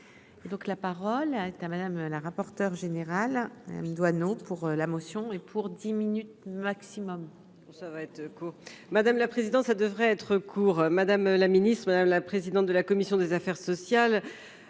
la parole est à madame la rapporteure générale pour la motion et pour dix minutes maximum. ça va être court, madame la président ça devrait être court, madame la ministre, madame la présidente de la commission des affaires sociales,